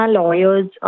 lawyers